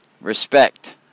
respect